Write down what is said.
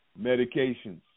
Medications